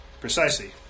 Precisely